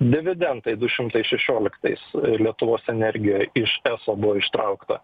dividendai du šimtai šešioliktais lietuvos energijoj iš eso buvo ištraukta